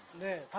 the